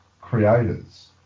creators